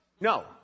No